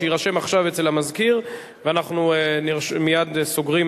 שיירשם עכשיו אצל המזכיר ואנחנו מייד סוגרים,